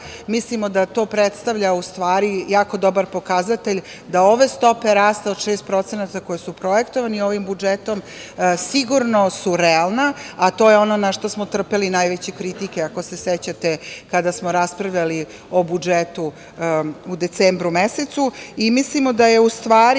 mislimo da to predstavlja u stvari jako dobar pokazatelj da ove stope rasta od 6% koje su projektovane ovim budžetom sigurno su realne, a to je ono na šta smo trpeli najveće kritike, ako se sećate, kada smo raspravljali o budžetu u decembru mesecu. Mislimo da je u stvari